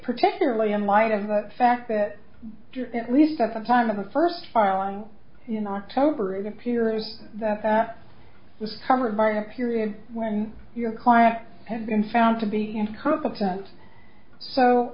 particularly in light of the fact that at least at the time of the first filing in october it appears that that was covered by a period when your client had been found to be incompetent so